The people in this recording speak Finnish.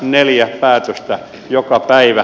neljä päätöstä joka päivä